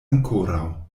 ankoraŭ